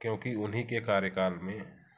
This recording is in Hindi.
क्योंकि उन्हीं के कार्यकाल में